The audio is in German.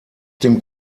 dem